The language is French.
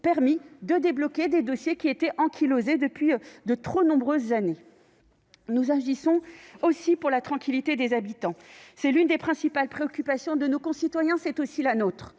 permis de débloquer des dossiers ankylosés depuis de trop nombreuses années. Nous agissons aussi pour la tranquillité des habitants. C'est l'une des principales préoccupations de nos concitoyens et c'est aussi la nôtre.